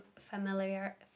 familiar